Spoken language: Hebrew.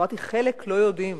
אמרתי שחלק לא יודעים